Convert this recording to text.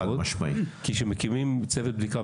כי כשמקימים צוות בדיקה,